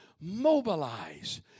Mobilize